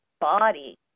body